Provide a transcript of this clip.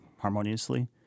harmoniously